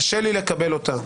קשה לי לקבל אותה.